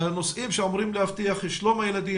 נושאים שאמורים להבטיח את שלום הילדים,